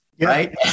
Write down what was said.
right